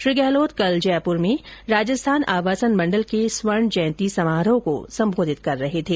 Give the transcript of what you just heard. श्री गहलोत कल जयपुर में राजस्थान आवासन मण्डल के स्वर्ण जयंती समारोह को संबोधित कर रहे थे